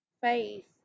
faith